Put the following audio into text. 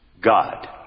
God